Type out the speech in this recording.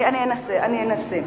אני אנסה.